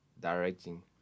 directing